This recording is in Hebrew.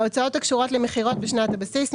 ההוצאות הקשורות למכירות בשנת הבסיס,